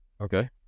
okay